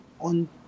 on